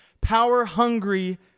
power-hungry